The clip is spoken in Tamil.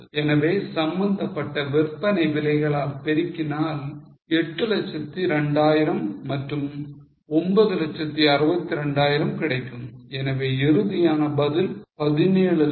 எனவே சம்பந்தப்பட்ட விற்பனை விலைகளால் பெருக்கினால் 802000 மற்றும் 962000 கிடைக்கும் எனவே இறுதியான பதில் 1765000